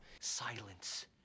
silence